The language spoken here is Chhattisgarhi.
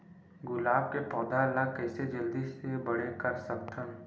गुलाब के पौधा ल कइसे जल्दी से बड़े कर सकथन?